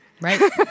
Right